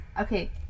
Okay